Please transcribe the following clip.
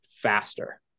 faster